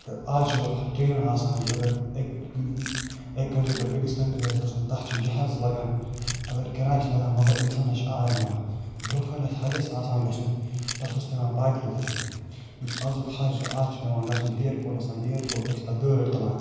تہٕ آز چھِ ٹرینہٕ آسان اگر اَکہِ کنٛٹری بٮ۪ٹھ بیٚکِس کنٹری آسہِ گَژھُن تتھ چھُ جہاز لگان اگر کِراے چھِ لَگان مگر اِنسانس چھُ آرام یِوان برٛونٛہہ کالہِ ٲسۍ حَجس آسان گَژھُن تتھ اوس پٮ۪وان پیدٔلۍ گَژھُن یُس آزُک حج چھُ آز چھِ پٮ۪وان گَژھُن اِیر پوٹس تانۍ اِیر پوٹہٕ پٮ۪ٹھ چھِ تتھ گٲڑۍ تُلان